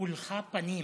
כולך פנים.